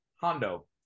Hondo